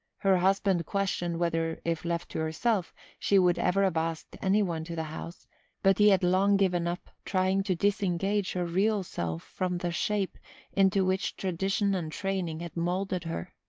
her husband questioned whether, if left to herself, she would ever have asked any one to the house but he had long given up trying to disengage her real self from the shape into which tradition and training had moulded her.